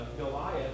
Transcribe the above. Goliath